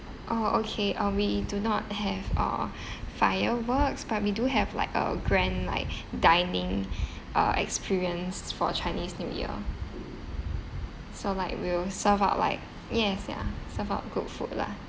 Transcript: orh okay uh we do not have uh fireworks but we do have like a grand like dining uh experience for chinese new year so like we'll serve out like yes ya serve out good food lah